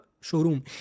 showroom